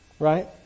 Right